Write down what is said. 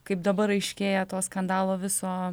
kaip dabar aiškėja to skandalo viso